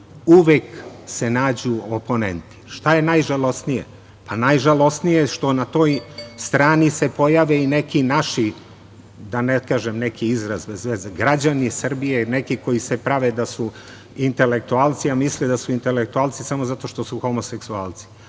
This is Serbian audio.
uvek se nađu oponenti. Šta je najžalosnije? Najžalosnije je što na toj strani se pojave i neki naši, da ne kažem neki izraz bez veze, građani Srbije, neki koji se prave da su intelektualci, a misle da su intelektualci samo zato što su homoseksualci.